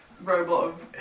robot